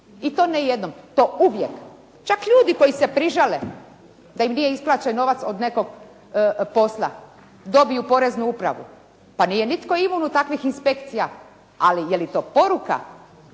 I to ne jedno, to uvijek. Čak ljudi koji se prižale da im nije isplaćen novac od nekog posla dobiju poreznu upravu. Pa nije nitko imun od takvih inspekcija, ali je li to poruka